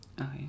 Okay